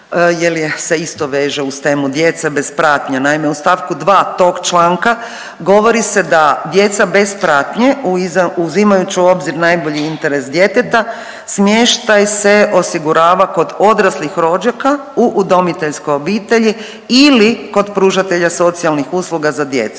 jer se isto veže uz temu djece bez pratnje. Naime, u stavku 2. tog članka govori se da djeca bez pratnje uzimajući u obzir najbolji interes djeteta smještaj se osigurava kod odraslih rođaka u udomiteljskoj obitelji ili kod pružatelja socijalnih usluga za djecu.